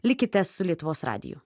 likite su lietuvos radiju